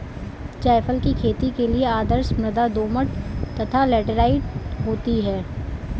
जायफल की खेती के लिए आदर्श मृदा दोमट तथा लैटेराइट होती है